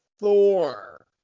Thor